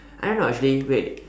I don't know actually wait